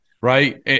right